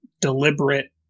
deliberate